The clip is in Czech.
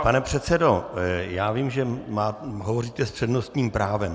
Pane předsedo, já vím, že hovoříte s přednostním právem.